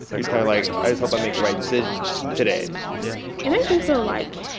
just kind of like, i just hope i make the right decisions today yeah it makes me feel, like,